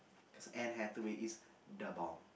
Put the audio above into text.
cause Anne-Hathaway is the bomb